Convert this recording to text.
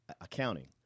accounting